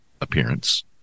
appearance